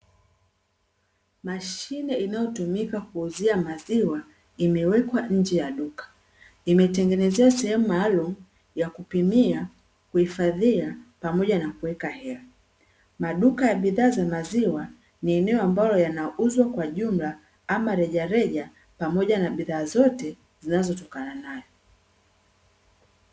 Mashine inayotumika kuuzia maziwa imewekwa kwa njeya duka, imetengenezewa sehemu maalumu ya kupimia, kuhifadhia pamoja na kuweka hela . Maduka ya bidhaa za maziwa ni eneo ambalo yanauzwa kwa jumla ama rejareja pamoja na bidhaa zote zinazotokana nayo .